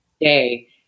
day